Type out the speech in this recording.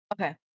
Okay